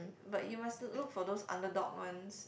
but you must look for those underdog ones